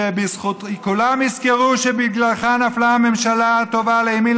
שכולם יזכרו שבגללך נפלה הממשלה הטובה לימין,